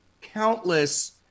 countless